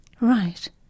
Right